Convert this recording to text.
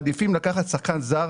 מעדיפים לקחת שחקן זר,